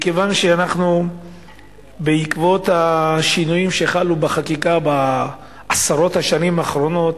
מכיוון שבעקבות השינויים שחלו בחקיקה בעשרות השנים האחרונות,